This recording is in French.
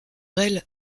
elle